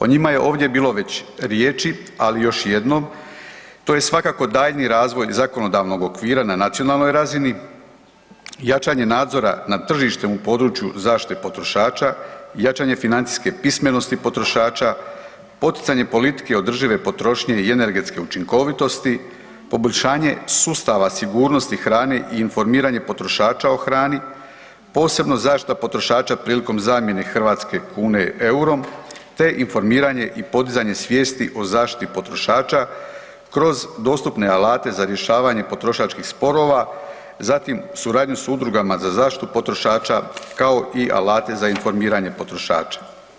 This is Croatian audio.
O njima je ovdje bilo već riječi, ali još jednom, to je svakako daljnji razvoj zakonodavnog okvira na nacionalnoj razini, jačanje nadzora nad tržištem u području zaštite potrošača i jačanje financijske pismenosti potrošača, poticanje politike održive potrošnje i energetske učinkovitosti, poboljšanje sustava sigurnosti hrane i informiranje potrošača o hrani, posebno zaštita potrošača prilikom zamjene hrvatske kune eurom te informiranje i podizanje svijesti o zaštiti potrošača kroz dostupne alate za rješavanje potrošačkih sporova, zatim suradnju s udrugama za zaštitu potrošača, kao i alate za informiranje potrošača.